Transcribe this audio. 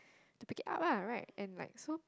to pick it up ah right and like so